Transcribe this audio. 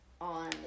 on